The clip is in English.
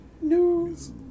news